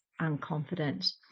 unconfident